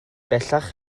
bellach